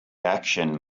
action